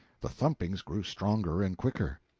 the thumpings grew stronger and quicker.